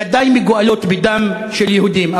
ידי מגואלות בדם של יהודים,